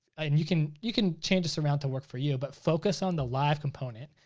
and you can you can change this around to work for you, but focus on the live component.